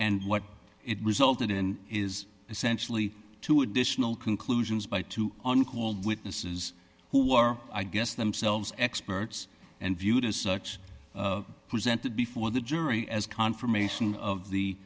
and what it was altered in is essentially two additional conclusions by two on called witnesses who were i guess themselves experts and viewed as such presented before the jury as confirmation of